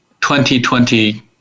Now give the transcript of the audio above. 2020